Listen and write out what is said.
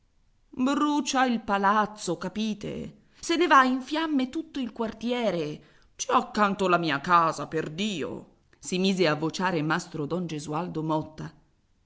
brucia il palazzo capite se ne va in fiamme tutto il quartiere ci ho accanto la mia casa perdio si mise a vociare mastro don gesualdo motta